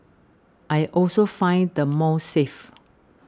I also find the mall safe